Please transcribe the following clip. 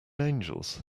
angels